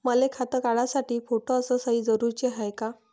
मले खातं काढासाठी फोटो अस सयी जरुरीची हाय का?